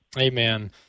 Amen